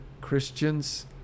Christians